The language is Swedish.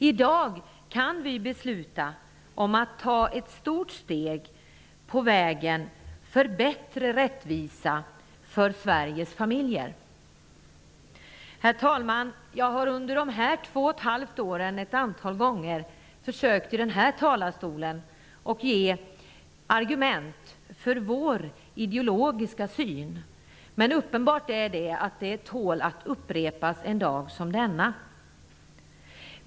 I dag kan vi besluta om att ta ett stort steg på vägen mot en bättre rättvisa för Herr talman! Jag har under de två och ett halvt år som gått ett antal gånger försökt att i den här talarstolen ge argument för vår ideologiska syn. Men uppenbart är att de tål att upprepas en dag som denna.